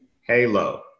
Halo